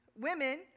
women